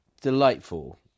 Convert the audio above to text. delightful